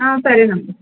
సరేనమ్మా